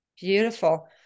beautiful